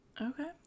Okay